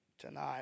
tonight